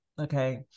okay